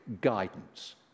guidance